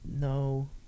No